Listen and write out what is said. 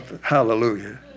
hallelujah